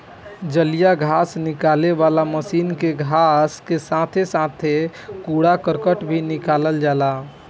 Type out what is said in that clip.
जलीय घास निकाले वाला मशीन से घास के साथे साथे कूड़ा करकट भी निकल जाला